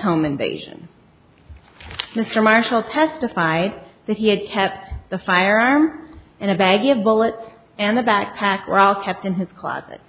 home invasion mr marshall testified that he had kept the firearm in a bag of bullets and the backpack were all kept in his closet